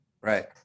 right